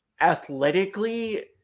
athletically